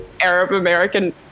Arab-American